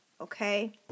Okay